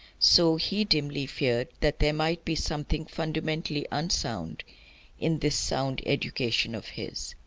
so he dimly feared that there might be something fundamentally unsound in this sound education of his.